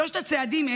שלושת הצעדים: